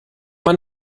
man